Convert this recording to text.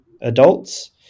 adults